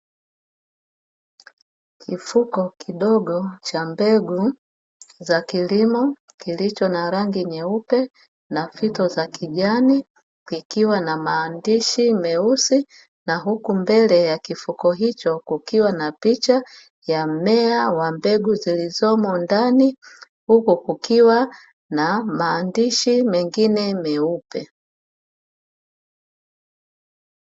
Kifuko kidogo cha mbegu za kilimo kilicho na rangi nyeupe na fito za kijani, kikiwa na maandishi meusi na huku mbele ya kifuko hicho kukiwa na picha ya mmea wa mbegu zilizomo, ndani huku kukiwa na maandishi mengine meupe.